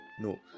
No